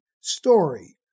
story